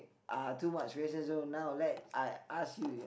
uh too much question so now let I ask you